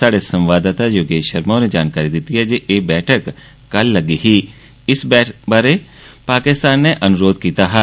स्हाड़े संवाददाता योगेश शर्मा होरें जानकारी दित्ती ऐ जे एह् बैठक कल लग्गी ही ते इस बारै पाकिस्तान नै अनुरोघ कीता हा